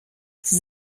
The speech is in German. sie